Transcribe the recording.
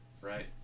right